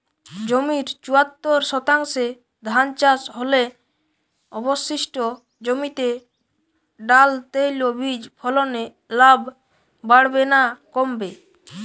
জমির চুয়াত্তর শতাংশে ধান চাষ হলে অবশিষ্ট জমিতে ডাল তৈল বীজ ফলনে লাভ বাড়বে না কমবে?